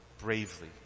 bravely